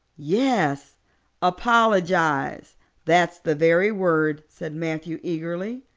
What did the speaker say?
yes apologize that's the very word, said matthew eagerly.